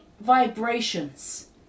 vibrations